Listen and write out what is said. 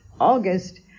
August